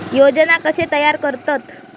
योजना कशे तयार करतात?